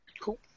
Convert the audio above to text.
Cool